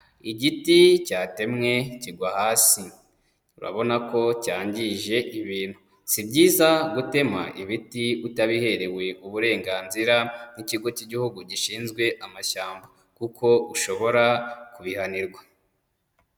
Igiti cyatemwe kigwa hasi, urabona ko cyangije ibintu. Si byiza gutema ibiti utabiherewe uburenganzira n'ikigo cy'igihugu gishinzwe amashyamba kuko ushobora kubihanirwa.